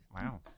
Wow